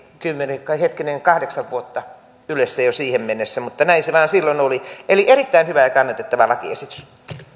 kymmenen hetkinen kahdeksan vuotta ylessä jo siihen mennessä mutta näin se vain silloin oli erittäin hyvä ja kannatettava lakiesitys